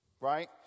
Right